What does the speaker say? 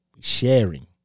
Sharing